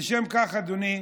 לשם כך, אדוני,